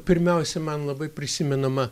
pirmiausia man labai prisimenama